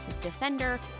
Defender